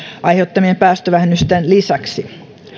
aiheuttamien päästövähennysten lisäksi